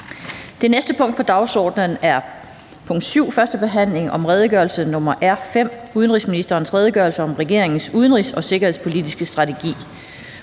Det næste punkt på dagsordenen er: 7) Forhandling om redegørelse nr. R 5: Udenrigsministerens redegørelse om regeringens udenrigs- og sikkerhedspolitiske strategi.